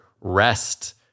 rest